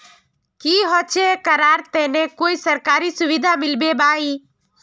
की होचे करार तने कोई सरकारी सुविधा मिलबे बाई?